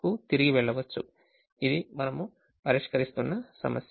ఇది మనము పరిష్కరిస్తున్న సమస్య